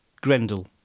Grendel